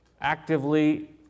actively